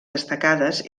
destacades